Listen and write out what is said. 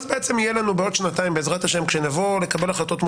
אז בעצם יהיה לנו בעוד שנתיים בעזרת השם,